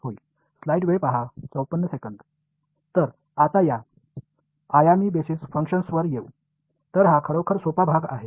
तर आता एका आयामी बेसिस फंक्शन्सवर येऊ तर हा खरोखर सोपा भाग आहे